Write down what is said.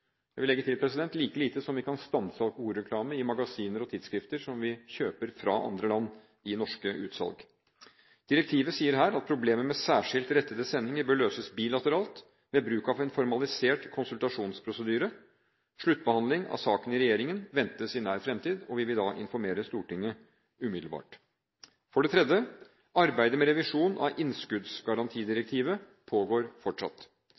jeg vil legge til – like lite som vi kan stanse alkoholreklame i magasiner og tidsskrifter som vi kjøper fra andre land i norske utsalg. Direktivet sier her at problemet med særskilt rettede sendinger bør løses bilateralt ved bruk av en formalisert konsultasjonsprosedyre. Sluttbehandling av saken i regjeringen ventes i nær fremtid, og vi vil da informere Stortinget umiddelbart. For det tredje: Arbeidet med revisjon av innskuddsgarantidirektivet pågår fortsatt.